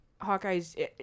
Hawkeye's